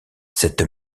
cette